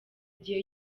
igihe